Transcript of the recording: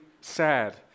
sad